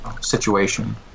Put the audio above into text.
situation